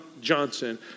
Johnson